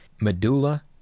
Medulla